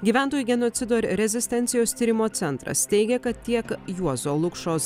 gyventojų genocido ir rezistencijos tyrimo centras teigia kad tiek juozo lukšos